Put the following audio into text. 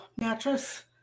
mattress